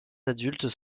adultes